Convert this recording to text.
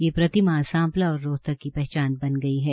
ये प्रतिमा सांपला और रोहतक की पहचान बन गई है